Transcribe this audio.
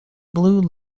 blue